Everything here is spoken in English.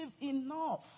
enough